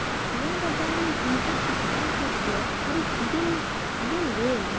share बजार में हुनकर संस्थान के शेयर खरीद लेल गेल